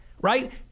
right